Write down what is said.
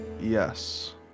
yes